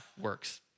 works